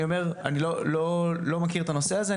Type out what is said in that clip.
אני אומר שאני לא מכיר את הנושא הזה,